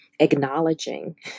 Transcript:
acknowledging